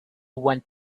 went